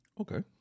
Okay